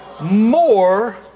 more